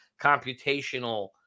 computational